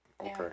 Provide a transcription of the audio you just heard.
okay